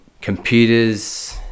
computers